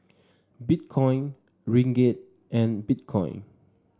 Bitcoin Ringgit and Bitcoin